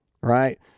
right